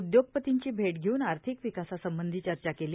उद्योगपतींची भेट घेऊन आर्थिक विकासासंबंधी चर्चा केली